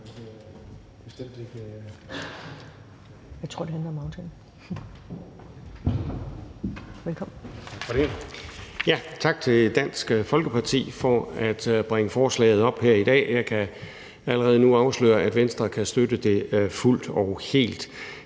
Tak til Dansk Folkeparti for at bringe forslaget op her i dag. Jeg kan allerede nu afsløre, at Venstre kan støtte det fuldt og helt.